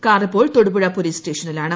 കാറിപ്പോൾ Thodupuzha police സ്റ്റേഷനിലാണ്